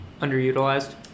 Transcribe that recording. underutilized